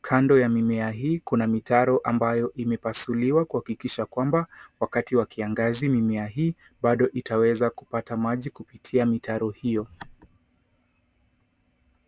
kando ya mimea hii kuna mitaro ambayo imepasuliwa kuhakikisha kwamba wakati wa kiangazi mimea hii bado itaweza kupata maji kupitia mitaro hiyo